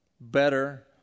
better